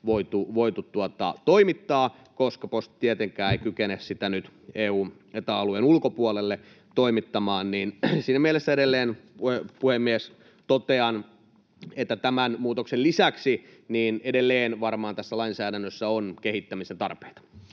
voitu toimittaa, koska posti tietenkään ei kykene sitä nyt sinne Eta-alueen ulkopuolelle toimittamaan. Siinä mielessä edelleen, puhemies, totean, että tämän muutoksen lisäksi edelleen varmaan tässä lainsäädännössä on kehittämisen tarpeita.